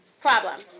problem